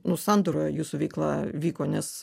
nu sandūroje jūsų veikla vyko nes